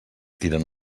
tiren